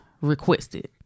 requested